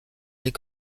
les